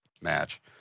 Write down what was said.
match